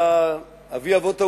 היה אבי אבות האומה,